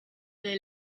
est